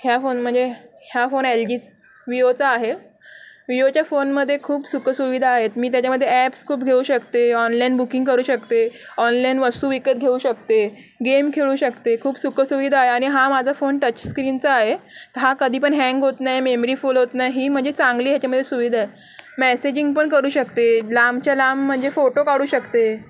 ह्या फोन म्हणजे ह्या फोन एल जी विवोचा आहे विवोच्या फोनमध्ये खूप सुखसुविधा आहेत मी त्याच्यामध्ये ॲप्स खूप घेऊ शकते ऑनलाईन बुकिंग करू शकते ऑनलाईन वस्तू विकत घेऊ शकते गेम खेळू शकते खूप सुखसुविधा आहे आणि हा माझा फोन टचस्क्रीनचा आहे हा कधीपण हँग होत नाही मेम्री फुल होत नाही म्हणजे चांगली ह्याच्यामध्ये सुविधा आहे मॅसेजिंग पण करू शकते लांबच्या लांब म्हणजे फोटो काढू शकते